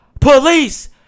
Police